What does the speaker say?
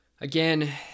again